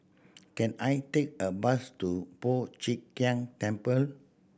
can I take a bus to Po Chiak Keng Temple